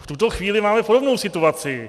V tuto chvíli máme podobnou situaci.